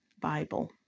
Bible